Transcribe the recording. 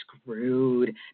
screwed